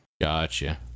Gotcha